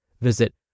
Visit